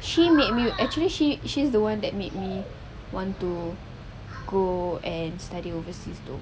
she made me actually she she's the one that made me want to go and study overseas though